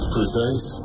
Precise